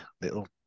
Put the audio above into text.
Little